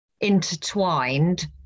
intertwined